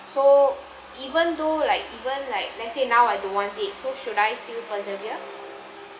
so even though like even like let's say now I don't want it so should I still persevere